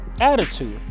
attitude